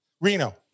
Reno